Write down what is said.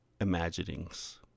imaginings